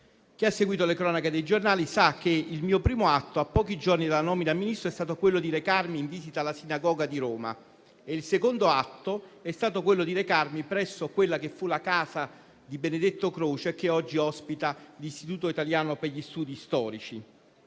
Chi ha seguito le cronache dei giornali sa che il mio primo atto, a pochi giorni dalla nomina a Ministro, è stato quello di recarmi in visita alla Sinagoga di Roma e il secondo atto è stato quello di recarmi presso quella che fu la casa di Benedetto Croce, che oggi ospita l'Istituto italiano per gli studi storici.